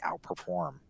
outperform